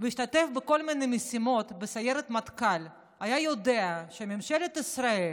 והשתתף בכל מיני משימות בסיירת מטכ"ל היה יודע שממשלת ישראל